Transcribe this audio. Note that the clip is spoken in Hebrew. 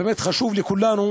באמת חשוב לכולנו